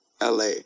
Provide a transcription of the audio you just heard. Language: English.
LA